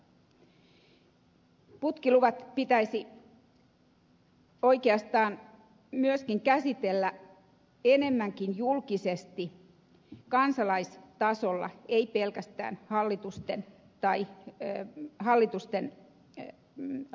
putkiluvat pitäisi oikeastaan myöskin käsitellä enemmänkin julkisesti kansalaistasolla ei pelkästään hallitusten lupamenettelyssä